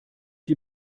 die